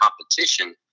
competition